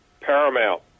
paramount